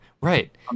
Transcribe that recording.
Right